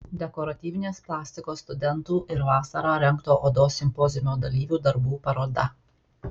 dekoratyvinės plastikos studentų ir vasarą rengto odos simpoziumo dalyvių darbų paroda